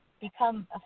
become